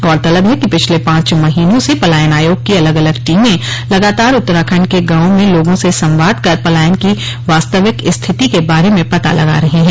गौरतलब है कि पिछले पांच महीनों से पलायन आयोग की अलग अलग टीमें लगातार उत्तराखण्ड के गाँवों में लोगों से संवाद कर पलायन की वास्तविक स्थिति के बारे में पता लगा रही है